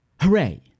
Hooray